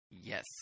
Yes